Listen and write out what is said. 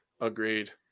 Agreed